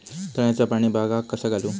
तळ्याचा पाणी बागाक कसा घालू?